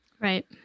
Right